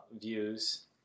views